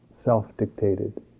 self-dictated